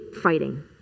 fighting